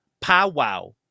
powwow